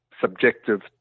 subjective